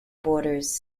borders